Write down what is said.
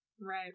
Right